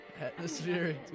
Atmosphere